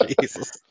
Jesus